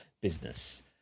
business